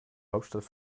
hauptstadt